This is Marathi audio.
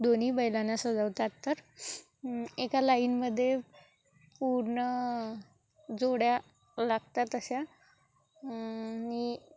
दोन्ही बैलांना सजवतात तर एका लाईनमध्ये पूर्ण जोड्या लागतात अशा नि